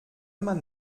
man